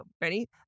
Ready